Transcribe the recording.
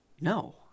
No